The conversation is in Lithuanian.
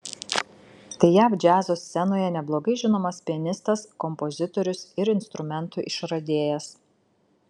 tai jav džiazo scenoje neblogai žinomas pianistas kompozitorius ir instrumentų išradėjas